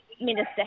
Minister